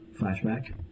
Flashback